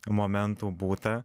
momentų būta